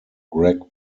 greg